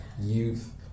youth